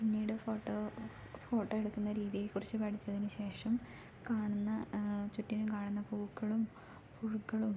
പിന്നീട് photo photo എടുക്കുന്ന രീതിയെ കുറിച്ച് പഠിച്ചതിന് ശേഷം കാണുന്ന ചുറ്റിനും കാണുന്ന പൂക്കളും പുഴുക്കളും